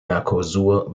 mercosur